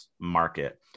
market